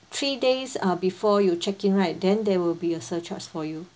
three days uh before you check in right then there will be a surcharge for you